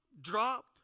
drop